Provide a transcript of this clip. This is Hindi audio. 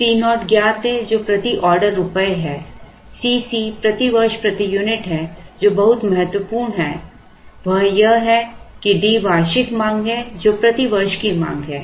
C naught ज्ञात है जो प्रति ऑर्डर रुपये है C c प्रति वर्ष प्रति यूनिट है जो बहुत महत्वपूर्ण है वह यह है कि D वार्षिक मांग है जो प्रति वर्ष की मांग है